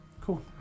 Cool